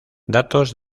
datos